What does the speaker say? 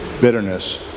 bitterness